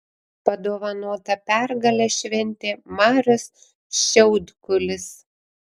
padovanotą pergalę šventė marius šiaudkulis